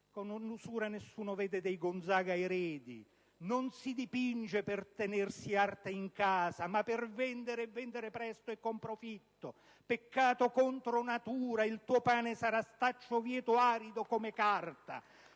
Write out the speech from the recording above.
con usura nessuno vede dei Gonzaga eredi e concubine, non si dipinge per tenersi arte in casa ma per vendere e vendere presto e con profitto, peccato contro natura, il tuo pane sarà staccio vieto arido come carta